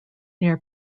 near